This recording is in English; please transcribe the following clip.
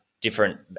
different